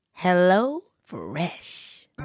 HelloFresh